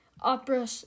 opera